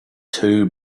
too